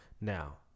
Now